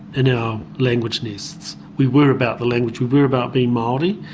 you know language nests, we were about the language, we were about being maori,